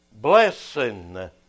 Blessing